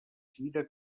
gira